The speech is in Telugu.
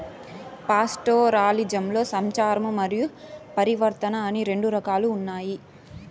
పాస్టోరలిజంలో సంచారము మరియు పరివర్తన అని రెండు రకాలు ఉన్నాయి